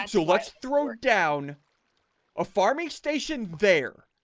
so let's throw it down a farming station there